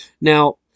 Now